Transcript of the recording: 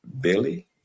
Billy